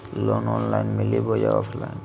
Loan online मिली बोया offline?